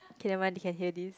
k nevermind they can hear this